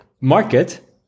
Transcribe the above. market